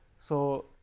so,